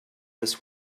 this